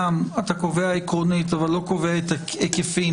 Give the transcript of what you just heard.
גם אתה קובע עקרונית אבל לא קובע את ההיקפים.